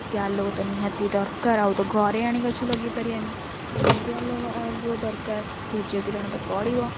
ଟିକେ ଆଲୋକ ତ ନିହାତି ଦରକାର ଆଉ ତ ଘରେ ଆଣି ଗଛ ଲଗାଇପାରିବାନି ନିହାତି ଆଲୁଅ ଦରକାର ସୂର୍ଯ୍ୟ କିିରଣ ତ ପଡ଼ିବ